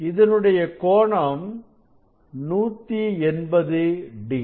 இதனுடைய கோணம் 180